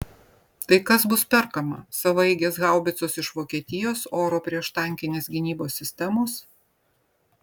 tai kas bus perkama savaeigės haubicos iš vokietijos oro prieštankinės gynybos sistemos